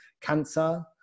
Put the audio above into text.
cancer